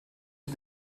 est